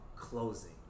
closing